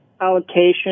allocation